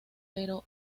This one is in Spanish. pero